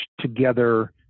together